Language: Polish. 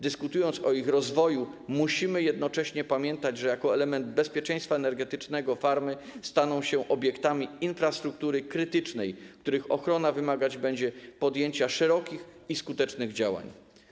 Dyskutując o ich rozwoju, musimy jednocześnie pamiętać, że jako element bezpieczeństwa energetycznego farmy staną się obiektami infrastruktury krytycznej, których ochrona wymagać będzie podjęcia szerokich i skutecznych działań.